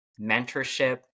mentorship